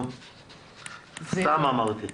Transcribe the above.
סתם אמרתי.